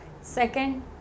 second